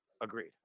Agreed